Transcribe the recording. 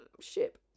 ship